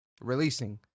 releasing